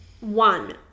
One